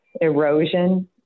erosion